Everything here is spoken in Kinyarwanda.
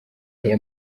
aya